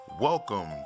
Welcome